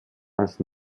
als